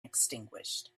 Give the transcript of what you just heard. extinguished